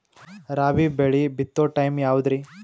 ರಾಬಿ ಬೆಳಿ ಬಿತ್ತೋ ಟೈಮ್ ಯಾವದ್ರಿ?